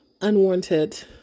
unwarranted